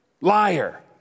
Liar